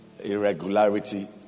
irregularity